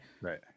Right